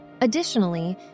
Additionally